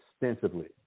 extensively